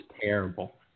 terrible